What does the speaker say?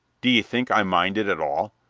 d'ye think i mind it at all?